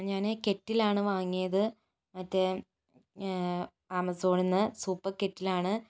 ഞാൻ കെറ്റിലാണ് വാങ്ങിയത് മറ്റേ ആമസോണിൽ നിന്ന് സൂപ്പർ കെറ്റിലാണ്